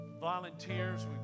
volunteers